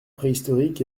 préhistorique